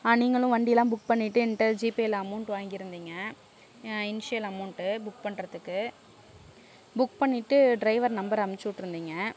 நீங்களும் வண்டி எல்லாம் புக் பண்ணிவிட்டு என்கிட்ட ஜிபேயில் அமௌண்டு வாங்கியிருந்திங்க இன்ஷியல் அமௌண்டு புக் பண்றதுக்கு புக் பண்ணிவிட்டு ட்ரைவர் நம்பர் அனுப்பிசுட்ருந்தீங்க